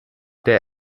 der